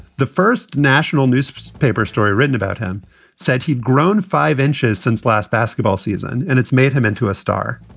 the first national newspaper story written about him said he'd grown five inches since last basketball season and it's made him into a star.